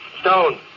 Stone